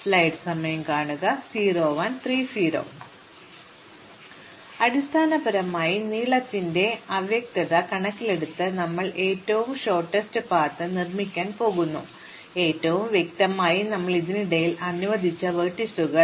അതിനാൽ അടിസ്ഥാനപരമായി നീളത്തിന്റെ അവ്യക്തത കണക്കിലെടുത്ത് ഞങ്ങൾ ഏറ്റവും ഹ്രസ്വമായ പാത നിർമ്മിക്കാൻ പോകുന്നു എന്നാൽ ഏറ്റവും വ്യക്തമായി ഞങ്ങൾ ഇതിനിടയിൽ അനുവദിച്ച വെർട്ടീസുകൾ